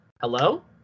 Hello